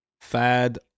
Fad